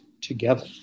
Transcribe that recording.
together